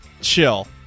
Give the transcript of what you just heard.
chill